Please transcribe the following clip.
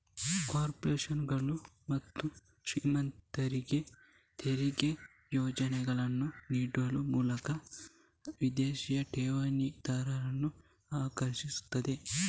ಕಾರ್ಪೊರೇಷನುಗಳು ಮತ್ತು ಶ್ರೀಮಂತರಿಗೆ ತೆರಿಗೆ ಪ್ರಯೋಜನಗಳನ್ನ ನೀಡುವ ಮೂಲಕ ವಿದೇಶಿ ಠೇವಣಿದಾರರನ್ನ ಆಕರ್ಷಿಸ್ತದೆ